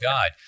God